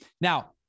Now